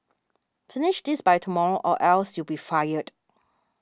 finish this by tomorrow or else you'll be fired